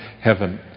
heaven